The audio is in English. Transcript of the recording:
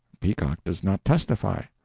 peacock does not testify.